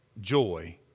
joy